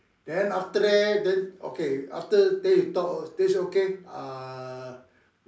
then after that then okay after then we talk then she say okay uh